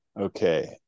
Okay